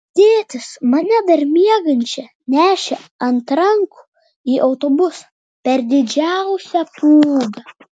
tėtis mane dar miegančią nešė ant rankų į autobusą per didžiausią pūgą